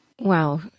Wow